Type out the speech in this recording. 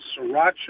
sriracha